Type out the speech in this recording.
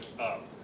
up